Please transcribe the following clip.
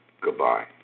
goodbye